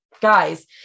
guys